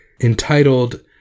entitled